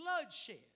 bloodshed